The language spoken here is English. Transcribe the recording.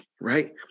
right